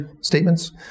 statements